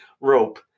rope